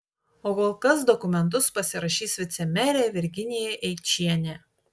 o kol kas dokumentus pasirašys vicemerė virginija eičienė